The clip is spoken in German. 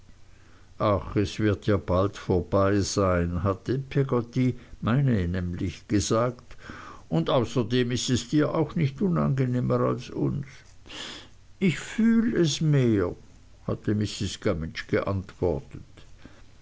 ach es wird ja bald vorbei sein hatte peggotty meine nämlich gesagt und außerdem ist es dir auch nicht unangenehmer als uns ich fühl es mehr hatte mr gummidge geantwortet